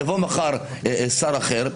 יבוא מחר שר אחר,